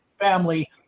family